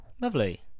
Lovely